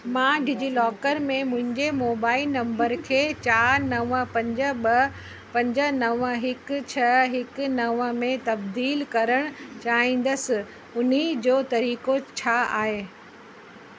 मां डिजीलॉकर में मुंहिंजे मोबाइल नम्बर खे चारि नव पंज ॿ पंज नव हिकु छह हिकु नव में तब्दील करणु चाइहींदसि उनी जो तरीक़ो छा आहे